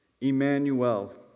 Emmanuel